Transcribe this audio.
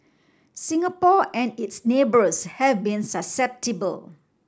Singapore and its neighbours have been susceptible